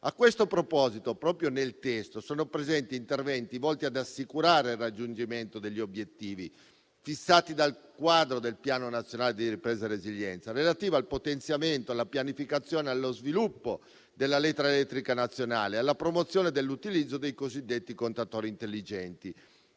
A questo proposito, nel testo sono presenti interventi volti ad assicurare il raggiungimento degli obiettivi fissati dal quadro del Piano nazionale di ripresa e resilienza relativi al potenziamento, alla pianificazione e allo sviluppo della rete elettrica nazionale e alla promozione dell'utilizzo dei cosiddetti contatori intelligenti,